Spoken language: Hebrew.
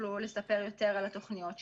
יוכלו לספר יותר על התוכניות שלהם.